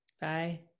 Bye